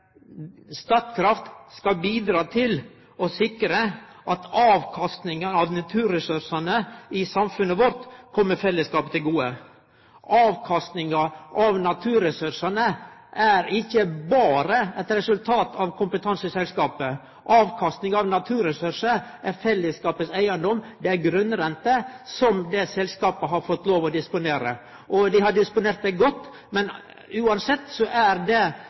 Statkraft skal bidra til å sikre at avkastinga av naturressursane i samfunnet vårt kjem fellesskapen til gode. Avkastinga av naturressursane er ikkje berre eit resultat av kompetanseselskapet. Avkasting av naturressursar er fellesskapen sin eigedom, det er grunnrente som det selskapet har fått lov til å disponere. Dei har disponert det godt, men uansett er det resultat av fellesskapen sine verdiar, som må brukast inn i fellesskapen. Det